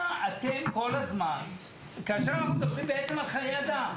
אנחנו מדברים על חיי אדם.